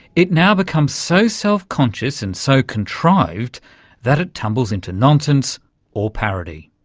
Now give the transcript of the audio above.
it now becomes so self-conscious and so contrived that it tumbles into nonsense or parody.